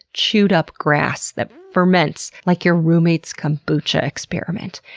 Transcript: chewed-up grass that ferments like your roommate's kombucha experiment.